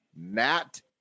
Matt